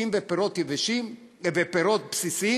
תקבעו תקנות על ירקות בסיסיים ופירות בסיסיים,